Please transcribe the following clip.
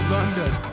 London